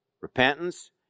Repentance